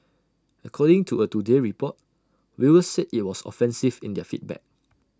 according to A today Report viewers said IT was offensive in their feedback